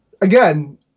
again